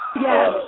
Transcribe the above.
Yes